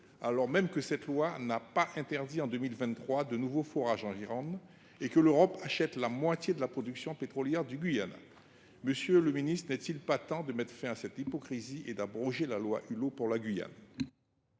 alors même que ce texte n’a pas interdit de nouveaux forages en Gironde en 2023 et que l’Europe achète la moitié de la production pétrolière du Guyana… Monsieur le ministre, n’est il pas temps de mettre fin à cette hypocrisie et d’abroger la loi Hulot pour la Guyane ?